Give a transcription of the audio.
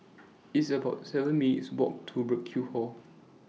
It's about seven minutes' Walk to Burkill Hall